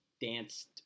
danced